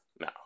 no